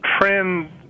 trend